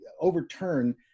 overturn